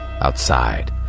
outside